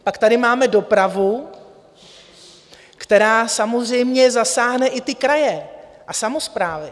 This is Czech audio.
Pak tady máme dopravu, která samozřejmě zasáhne i ty kraje a samosprávy.